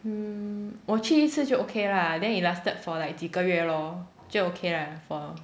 mm 我去一次就 okay lah then it lasted for like 几个月 lor 就 okay lah for